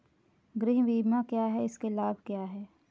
गृह बीमा क्या है इसके क्या लाभ हैं?